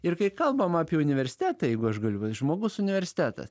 ir kai kalbam apie universitetą jeigu aš galiu žmogus universitetas